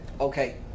Okay